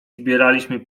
zbieraliśmy